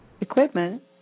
equipment